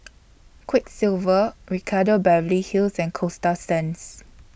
Quiksilver Ricardo Beverly Hills and Coasta Sands